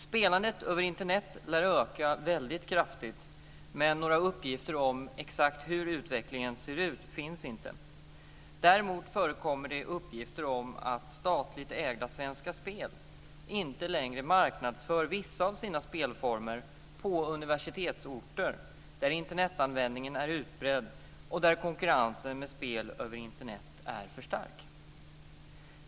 Spelandet över Internet lär öka väldigt kraftigt men några uppgifter om exakt hur utvecklingen ser ut finns inte. Däremot förekommer det uppgifter om att statligt ägda Svenska Spel inte längre marknadsför vissa av sina spelformer på universitetsorter där Internetanvändningen är utbredd och där konkurrensen med spel över Internet är för stark.